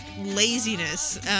laziness